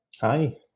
Hi